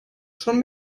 schon